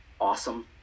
awesome